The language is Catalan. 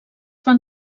van